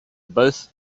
both